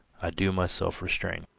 i do myself refrain.